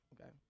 Okay